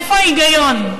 איפה ההיגיון?